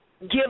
give